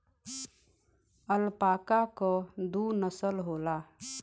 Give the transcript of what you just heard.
alpaca क दू नसल होला